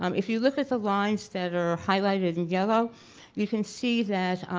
um if you look at the lines that are highlighted in yellow you can see that